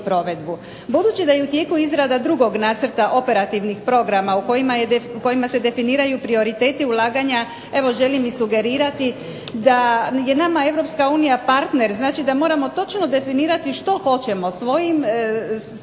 Budući da je u tijeku izrada drugog nacrta operativnih programa u kojima se definiraju prioriteti ulaganja evo želim sugerirati da je nama Europska unija partner, znači da moramo definirati točno što hoćemo našim strateškim